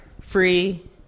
Free